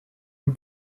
une